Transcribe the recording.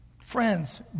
Friends